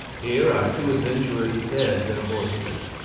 here our two adventurers fed their horses.